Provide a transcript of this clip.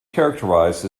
characterised